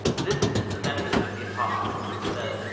this is the message of the apostles john says,